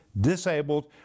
disabled